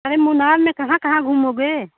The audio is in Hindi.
अरे मुनार में कहाँ कहाँ घूमोगे